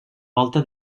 volta